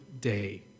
day